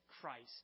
Christ